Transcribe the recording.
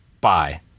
Bye